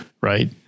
right